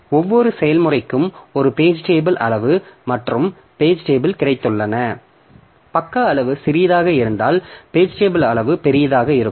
எனவே ஒவ்வொரு செயல்முறைக்கும் ஒரு பேஜ் டேபிள் அளவு மற்றும் பேஜ் டேபிள் கிடைத்துள்ளன பக்க அளவு சிறியதாக இருந்தால் பேஜ் டேபிள் அளவு பெரியதாக இருக்கும்